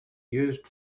used